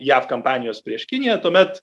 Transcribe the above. jav kampanijos prieš kiniją tuomet